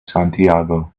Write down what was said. santiago